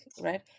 right